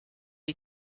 die